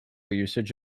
usage